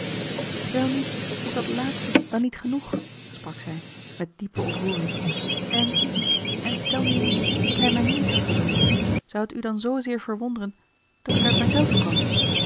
welnu is dat laatste dan niet genoeg sprak zij met diepe ontroering en en stel nu eens dat hij mij niet had gezonden zou het u dan zoozeer verwonderen dat ik uit mij zelve kwam